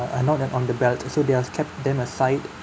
uh not uh on the belt so they uh kept them aside